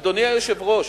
אדוני היושב-ראש,